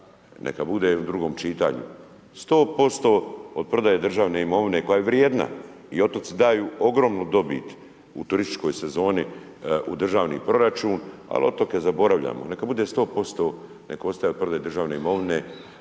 Neka bude u drugom čitanju. 100% od prodaje državne imovine koja je vrijedna i otoci daju ogromnu dobit u turističkoj sezoni u državni proračun, ali otoke zaboravljamo. Neka bude 100%, nek ostane od prodaje državne imovine